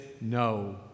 no